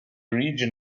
region